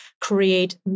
create